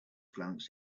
glance